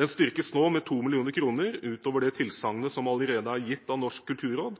Den styrkes nå med 2 mill. kr utover det tilsagnet som allerede er gitt av Norsk kulturråd.